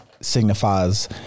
signifies